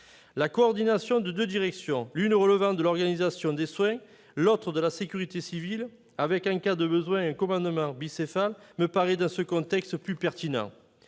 La coordination de deux directions, l'une relevant de l'organisation des soins, l'autre de la sécurité civile, avec, en cas de besoin, un commandement bicéphale, me paraît dans ce contexte plus pertinente.